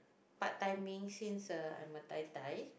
part timing since uh I'm a tai-tai